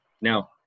Now